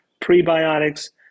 prebiotics